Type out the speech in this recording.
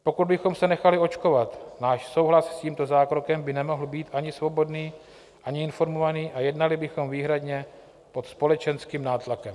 Pokud bychom se nechali očkovat, náš souhlas s tímto zákrokem by nemohl být ani svobodný, ani informovaný a jednali bychom výhradně pod společenským nátlakem.